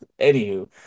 Anywho